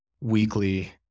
weekly